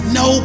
no